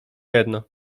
jedno